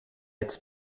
its